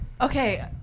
Okay